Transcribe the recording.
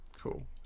Cool